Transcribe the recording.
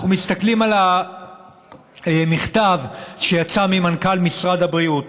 אנחנו מסתכלים על המכתב שיצא ממנכ"ל משרד הבריאות